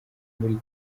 muri